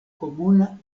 komuna